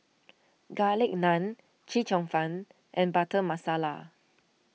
Garlic Naan Chee Cheong Fun and Butter Masala